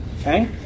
Okay